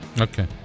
okay